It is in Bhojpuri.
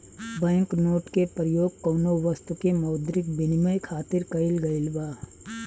बैंक नोट के परयोग कौनो बस्तु के मौद्रिक बिनिमय खातिर कईल गइल बा